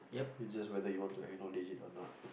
which is just whether you want to acknowledge it or not